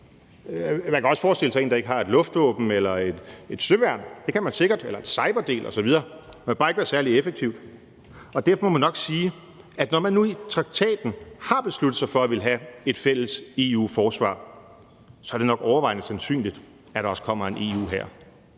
Man kan også forestille sig en hær, der ikke har et luftvåben eller et søværn eller en cyberdel osv., det kan man sikkert, men det kan bare ikke være særlig effektivt. Derfor må man nok sige, at når man nu i traktaten har besluttet sig for at ville have et fælles EU-forsvar, er det nok overvejende sandsynligt, at der også kommer en EU-hær.